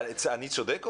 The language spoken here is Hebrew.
עופר, אני צודק?